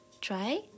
Try